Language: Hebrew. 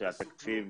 שהתקציב